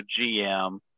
GM